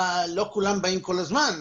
לא כולם באים כל הזמן,